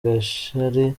gishari